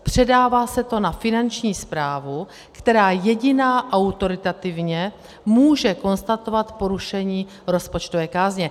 Předává se to na Finanční správu, která jediná autoritativně může konstatovat porušení rozpočtové kázně.